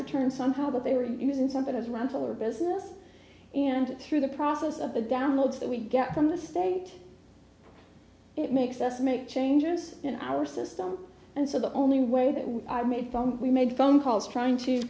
return somehow but they were using something as rental or business and through the process of the downloads that we get from the state it makes us make changes in our system and so the only way that we made from we made phone calls trying to